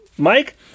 mike